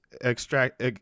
extract